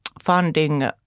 funding